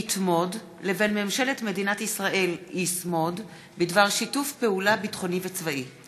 לבין ממשלת מדינת ישראל בדבר שיתוף פעולה ביטחוני וצבאי.